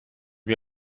mir